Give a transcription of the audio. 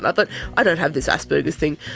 ah but i don't have this asperger's thing.